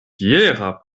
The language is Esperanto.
fiera